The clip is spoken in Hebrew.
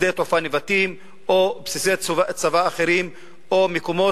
שדה-התעופה נבטים או בסיסי צבא אחרים או מקומות